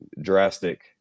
drastic